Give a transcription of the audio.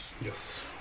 Yes